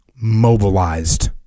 mobilized